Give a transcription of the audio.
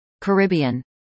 Caribbean